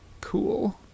cool